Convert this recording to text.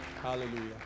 Hallelujah